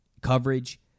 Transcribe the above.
coverage